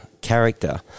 character